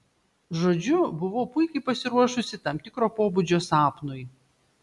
žodžiu buvau puikiai pasiruošusi tam tikro pobūdžio sapnui